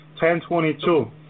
10:22